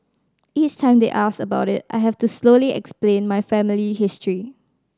each time they ask about it I have to slowly explain my family history